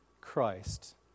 Christ